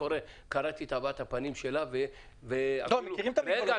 קראתי את הבעת הפנים שלה --- אנחנו מכירים את המגבלות.